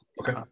Okay